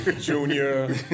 junior